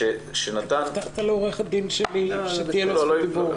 הבטחת לעורך הדין שלי זכות דיבור.